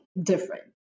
different